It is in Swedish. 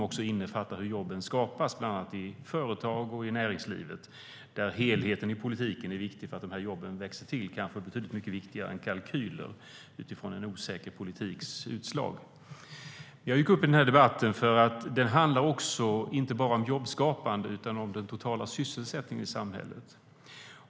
Det innefattar också hur jobben skapas, bland annat i företag och i näringslivet. Där är helheten i politiken viktig för att jobben växer till, kanske betydligt mycket viktigare än kalkyler utifrån en osäker politiks utslag. Jag gick upp i debatten för att den inte bara handlar om jobbskapande utan också om den totala sysselsättningen i samhället.